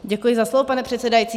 Děkuji za slovo, pane předsedající.